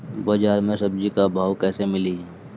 बाजार मे सब्जी क भाव कैसे मिली?